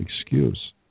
excuse